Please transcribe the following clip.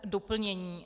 Doplnění.